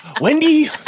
Wendy